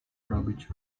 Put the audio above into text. robić